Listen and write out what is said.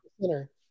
center